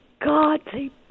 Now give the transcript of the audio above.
godly